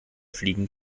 fliegen